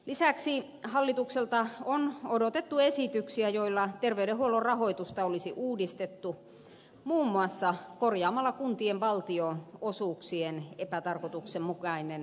lisäksi hallitukselta on odotettu esityksiä joilla terveydenhuollon rahoitusta olisi uudistettu muun muassa korjaamalla kuntien valtionosuuksien epätarkoituksenmukainen sairastavuuskerroin